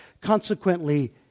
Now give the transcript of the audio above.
Consequently